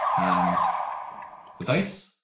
and the bass,